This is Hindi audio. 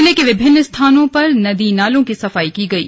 जिले के विभिन्न स्थानों पर नदी नालों की सफाई की गयी